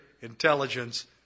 intelligence